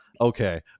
okay